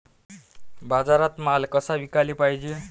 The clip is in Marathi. बाजारात माल कसा विकाले पायजे?